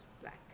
black